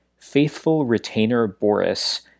faithfulretainerboris